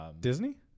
disney